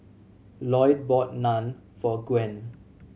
Loyd bought Naan for Gwen